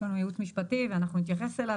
יש לנו ייעוץ משפטי ואנחנו נתייחס אליו.